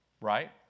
Right